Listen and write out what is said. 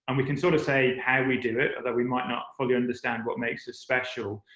and we can sort of say how we do it, although we might not fully understand what makes it special.